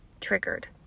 triggered